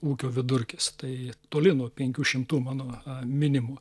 ūkio vidurkis tai toli nuo penkių šimtų mano minimų